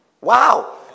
Wow